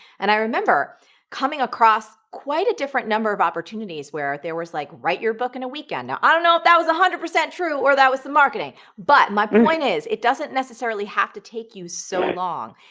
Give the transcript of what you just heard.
and i remember coming across quite a different number of opportunities where there was like, write your book in a weekend. now i don't know if that was one hundred percent true or that was the marketing, but my point is, it doesn't necessarily have to take you so long.